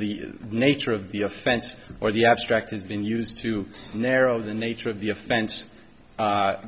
the nature of the offense or the abstract has been used to narrow the nature of the offense